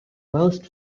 most